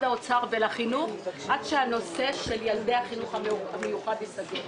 האוצר והחינוך עד שהנושא של ילדי החינוך המיוחד ייסגר.